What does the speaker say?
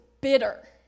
bitter